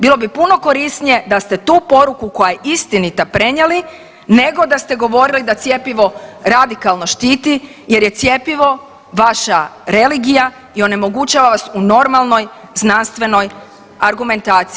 Bilo bi puno korisnije da ste tu poruku koja je istinita prenijeli nego da ste govorili da cjepivo radikalno štiti jer je cjepivo vaša religija i onemogućava vas u normalnoj znanstvenoj argumentaciji.